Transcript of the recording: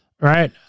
right